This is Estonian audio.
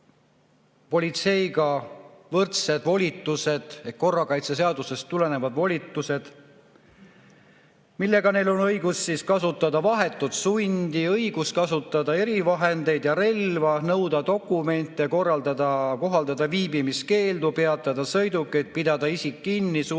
politseiga võrdsed volitused ehk korrakaitseseadusest tulenevad volitused, millega neil on õigus kasutada vahetut sundi, kasutada erivahendeid ja relva, nõuda dokumente, kohaldada viibimiskeeldu, peatada sõidukeid, pidada isik kinni, sulgeda